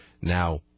now